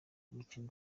umukino